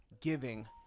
giving